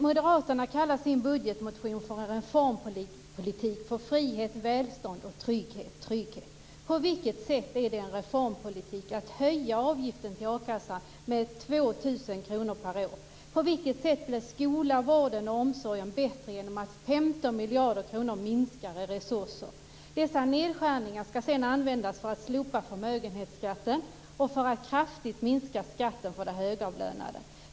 Moderaterna kallar sin bugetmotion En reformpolitik för frihet, välfärd och trygghet. På vilket sätt är det en reformpolitik att höja avgiften till a-kassan med 2 000 kr per år? På vilket sätt blir skola, vård och omsorg bättre genom att resurserna minskar med 15 miljarder kronor? Dessa nedskärningar ska sedan användas för att slopa förmögenhetsskatten och för att kraftigt minska skatten för de högavlönade.